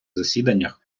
засіданнях